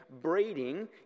breeding